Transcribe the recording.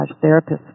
therapist